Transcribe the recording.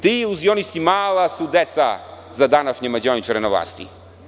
Ti iluzionisti mala su deca za današnje mađioničare na vlasti.